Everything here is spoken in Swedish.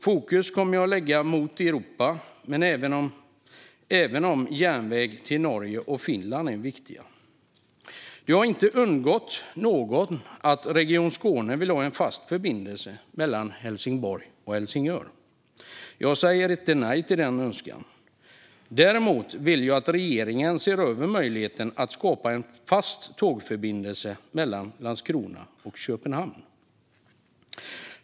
Fokus kommer jag lägga på Europa även om järnväg till Norge och Finland också är viktigt. Det har inte undgått någon att Region Skåne vill ha en fast förbindelse mellan Helsingborg och Helsingör. Jag säger inte nej till den önskan. Däremot vill jag att regeringen ser över möjligheten att skapa en fast tågförbindelse mellan Landskrona och Köpenhamn.